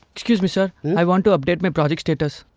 excuse me, sir! i want to update my project status.